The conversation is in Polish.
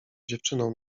dziewczyną